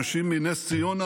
אנשים מנס ציונה,